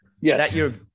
Yes